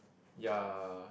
ya